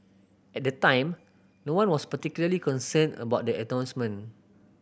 at the time no one was particularly concerned about the announcement